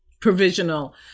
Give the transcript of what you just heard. provisional